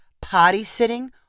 potty-sitting